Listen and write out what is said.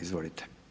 Izvolite.